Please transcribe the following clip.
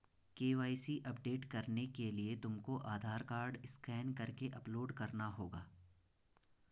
KYC update करने के लिए तुमको आधार कार्ड स्कैन करके अपलोड करना होगा